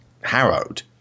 harrowed